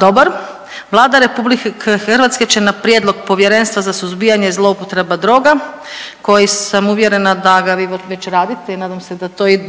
dobar. Vlada Republike Hrvatske će na prijedlog Povjerenstva za suzbijanje zloupotreba droga koji sam uvjerena da ga vi već radite i nadam se